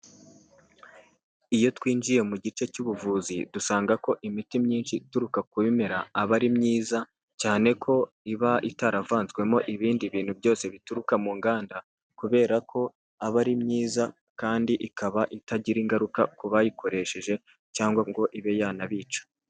Iyo twinjiye mu gice cy'ubuvuzi, dusanga ko imiti myinshi ituruka ku bimera aba ari myiza cyane ko iba itaravanzwemo ibindi bintu byose bituruka mu nganda, kubera ko aba ari myiza kandi ikaba itagira ingaruka ku bayikoresheje cyangwa ngo ibe yanabica.